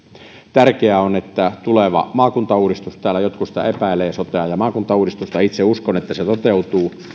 tärkeää on että tuleva maakuntauudistus toteutuu täällä jotkut sitä epäilevät sotea ja maakuntauudistusta itse uskon että se toteutuu